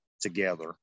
together